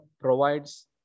provides